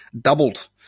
doubled